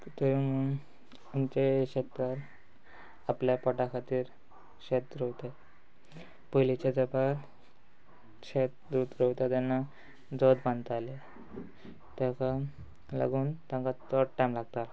थंय आमचे शेत आपल्या पोटा खातीर शेत रोवतात पयलीच्या तेंपार शेत रोवता तेन्ना जोत बांदताले ताका लागून तांकां चड टायम लागता